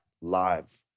live